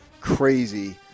crazy